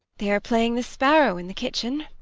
they are playing the sparrow in the kitchen.